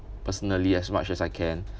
personally as much as I can